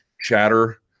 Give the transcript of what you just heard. chatter